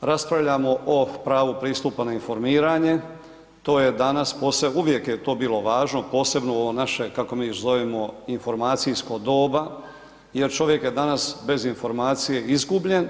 raspravljamo o pravu pristupa na informiranje, to je danas posebno, uvijek je to bilo važno, posebno u ovo naše kako mi zovemo informacijsko doba jer čovjek je danas bez informacije izgubljen.